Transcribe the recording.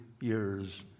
years